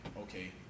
okay